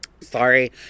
Sorry